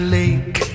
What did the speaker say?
lake